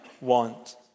want